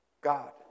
God